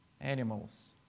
animals